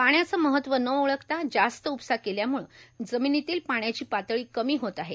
पाण्याचे महत्व न ओळखता जास्त उपसा केल्याम्ळे जमिनीतील पाण्याची पातळी कमी होत आहे